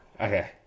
Okay